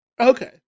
Okay